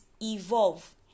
evolve